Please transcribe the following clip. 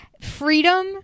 Freedom